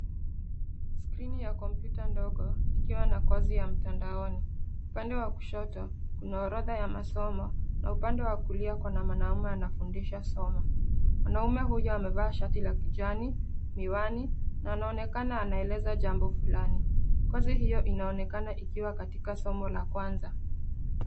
Skrini ya kompyuta ndogo ikiwa na kosi ya mtandaoni. Upande wa kushoto kuna orodha ya masomo na upande wa kulia kuna mwanaume anafundisha somo. Mwanaume huyu amevaa shati la kijani, miwani na anaonekana anaeleza jambo fulani. Kosi hilo linaonekana likiwa katika somo la kwanza.